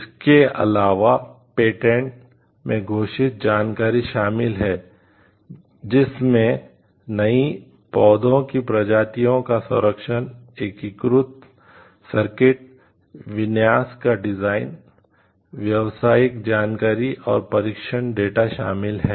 इसके अलावा पेटेंट शामिल हैं